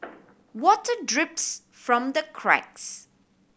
water drips from the cracks